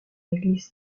l’église